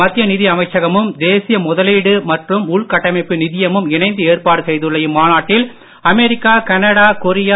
மத்திய நிதி அமைச்சகமும் தேசிய முதலீடு மற்றும் உள்கட்டமைப்பு நிதியமும் இணைந்து ஏற்பாடு செய்துள்ள இம்மாநாட்டில் அமெரிக்கா கனடா கொரியா